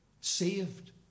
saved